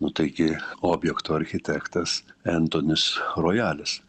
nu taigi objekto architektas entonis rojalis